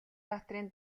баатрын